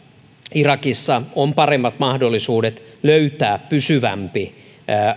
irakissa on paremmat mahdollisuudet löytää pysyvämpi